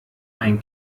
ein